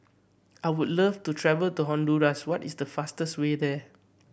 I would love to travel to Honduras what is the fastest way there